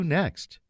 next